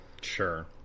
Sure